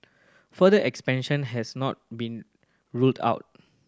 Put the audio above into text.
further expansion has not been ruled out